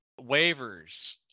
Waivers